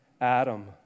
Adam